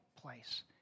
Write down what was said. place